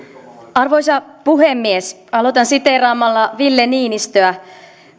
arvoisa puhemies aloitan siteeraamalla ville niinistöä